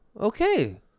Okay